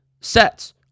sets